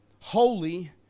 holy